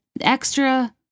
extra